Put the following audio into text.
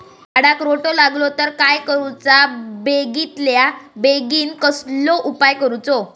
झाडाक रोटो लागलो तर काय करुचा बेगितल्या बेगीन कसलो उपाय करूचो?